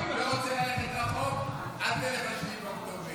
אני לא רוצה ללכת רחוק, אל תלך ל-7 באוקטובר,